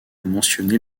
mentionner